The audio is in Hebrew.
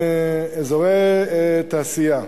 אזורי תעשייה,